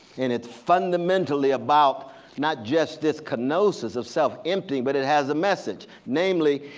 and it's fundamentally about not just this kenosis of self-emptying but it has a message. namely,